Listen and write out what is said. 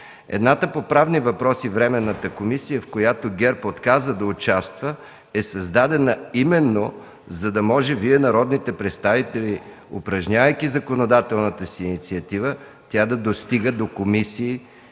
Едната по правни въпроси – временната комисия, в която ГЕРБ отказа да участва, е създадена именно, за да може Вие, народните представители, упражнявайки законодателната си инициатива, тя да достига до комисиите